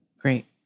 Great